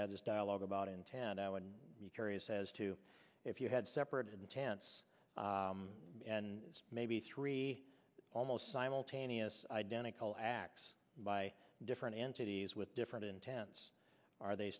had this dialogue about intent i would be curious as to if you had separate intents and maybe three almost simultaneous identical acts by different entities with different intense are they